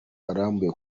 arambuye